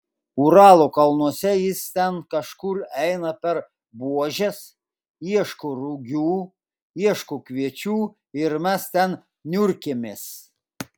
uralo kalnuose jis ten kažkur eina per buožes ieško rugių ieško kviečių ir mes ten niurkėmės